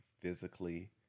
physically